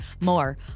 more